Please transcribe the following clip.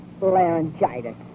Laryngitis